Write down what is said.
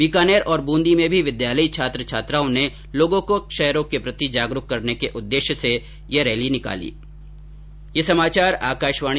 बीकानेर और बूंदी में भी विद्यालयी छात्र छात्राओं ने लोगों को क्षय रोग के प्रति जागरूक करने के उद्देश्य से रैली निकाली